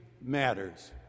matters